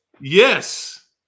Yes